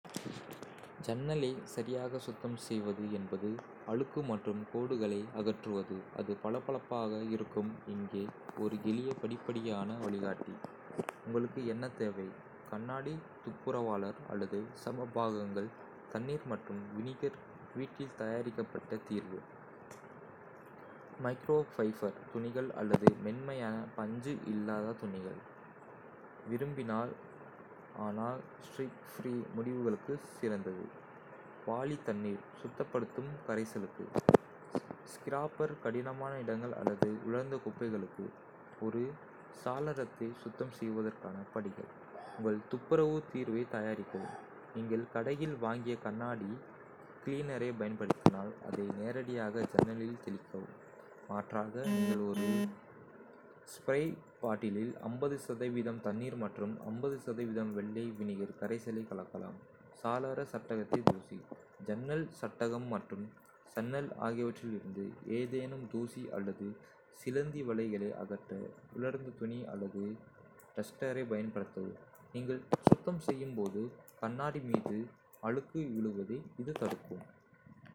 ஜன்னலைச் சரியாகச் சுத்தம் செய்வது என்பது அழுக்கு மற்றும் கோடுகளை அகற்றுவது, அது பளபளப்பாக இருக்கும். இங்கே ஒரு எளிய படிப்படியான வழிகாட்டி. உங்களுக்கு என்ன தேவை. கண்ணாடி துப்புரவாளர் அல்லது சம பாகங்கள் தண்ணீர் மற்றும் வினிகர் வீட்டில் தயாரிக்கப்பட்ட தீர்வு. மைக்ரோஃபைபர் துணிகள் அல்லது மென்மையான, பஞ்சு இல்லாத துணிகள். Squeegee விரும்பினால், ஆனால் ஸ்ட்ரீக்-ஃப்ரீ முடிவுகளுக்கு சிறந்தது. வாளி தண்ணீர் சுத்தப்படுத்தும் கரைசலுக்கு. ஸ்கிராப்பர் கடினமான இடங்கள் அல்லது உலர்ந்த குப்பைகளுக்கு. ஒரு சாளரத்தை சுத்தம் செய்வதற்கான படிகள். உங்கள் துப்புரவு தீர்வைத் தயாரிக்கவும். நீங்கள் கடையில் வாங்கிய கண்ணாடி கிளீனரைப் பயன்படுத்தினால், அதை நேரடியாக ஜன்னலில் தெளிக்கவும். மாற்றாக, நீங்கள் ஒரு ஸ்ப்ரே பாட்டிலில் 50% தண்ணீர் மற்றும் வெள்ளை வினிகர் கரைசலை கலக்கலாம். சாளர சட்டகத்தை தூசி. ஜன்னல் சட்டகம் மற்றும் சன்னல் ஆகியவற்றிலிருந்து ஏதேனும் தூசி அல்லது சிலந்தி வலைகளை அகற்ற உலர்ந்த துணி அல்லது டஸ்டரைப் பயன்படுத்தவும். நீங்கள் சுத்தம் செய்யும் போது கண்ணாடி மீது அழுக்கு விழுவதை இது தடுக்கும்.